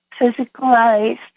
physicalized